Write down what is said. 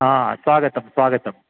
आ स्वागतं स्वागतं